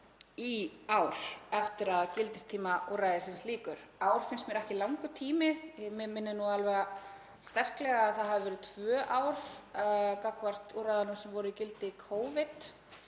í ár eftir að gildistíma úrræðisins lýkur. Ár finnst mér ekki langur tími. Mig minnir alveg sterklega að það hafi verið tvö ár í úrræðunum sem voru í gildi í Covid.